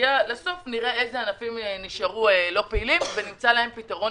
וכשנגיע לסוף נראה איזה ענפים נשארו לא פעילים ונמצא להם פתרון